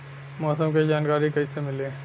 मौसम के जानकारी कैसे मिली?